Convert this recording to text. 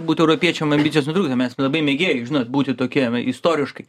būt europiečiam ambicijos trukdo mes labai mėgėjai žinot būti tokiam istoriškai